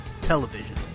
Television